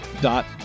dot